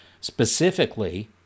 Specifically